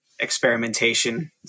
experimentation